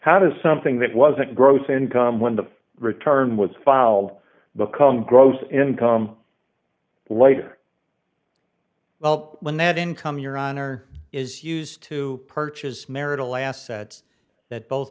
how does something that wasn't gross income when the return was filed become gross income later well when that income your honor is used to purchase marital assets that both